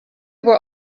were